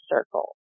circle